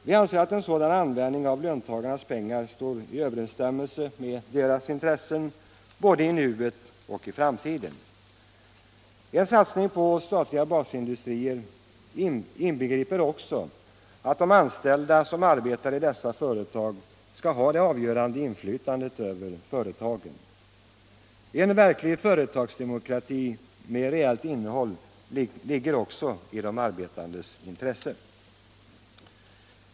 Vi anser att en sådan användning av löntagarnas pengar står i överensstämmelse med deras intressen både i nuet och i framtiden. En satsning på statliga basindustrier inbegriper också att de anställda som arbetar i dessa företag skall ha det avgörande inflytandet över företaget. En företagsdemokrati med reellt innehåll ligger också i de arbetandes intresse.